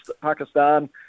Pakistan